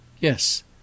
Yes